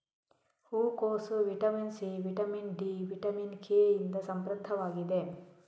ಹೂಕೋಸು vitamin C, vitamin D, vitamin K ಇಂದ ಸಮೃದ್ಧವಾಗಿದೆ